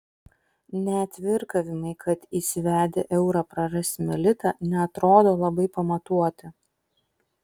net virkavimai kad įsivedę eurą prarasime litą neatrodo labai pamatuoti